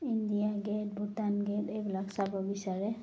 India gate Bhutan gate এইবিলাক চাব বিচাৰে